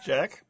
Jack